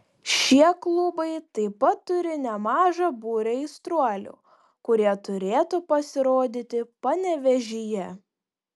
šie klubai taip pat turi nemažą būrį aistruolių kurie turėtų pasirodyti panevėžyje